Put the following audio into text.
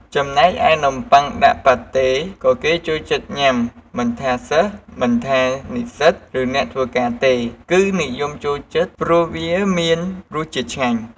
ចំណែកឯនំំបុ័ងដាក់ប៉ាតេក៏គេចូលចិត្តញុាំមិនថាសិស្សិ មិនថានិស្សិត ឬអ្នកធ្វើការទេគឺនិយមចូលចិត្តព្រោះវាមានរសជាតិឆ្ងាញ់។